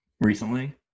recently